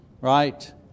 right